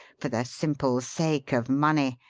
for the simple sake of money.